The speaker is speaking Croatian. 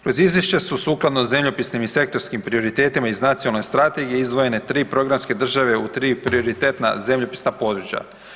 Kroz izvješća su sukladno zemljopisnim i sektorskim prioritetima iz nacionale strategije izdvojene 3 programske države u tri prioritetna zemljopisna područja.